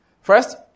first